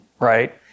right